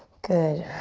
good.